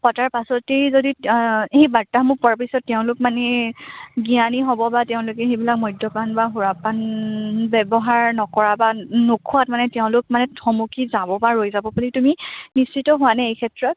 পতাৰ পাছতেই যদি এই বাৰ্তাসমূহ পোৱাৰ পিছত তেওঁলোক মানে জ্ঞানী হ'ব বা তেওঁলোকে সেইবিলাক মদ্য়পান বা সুৰাপান ব্যৱহাৰ নকৰা বা নোখোৱাত মানে তেওঁলোক মানে থমকি যাব বা ৰৈ যাব বুলি তুমি নিশ্চিত হোৱানে এই ক্ষেত্ৰত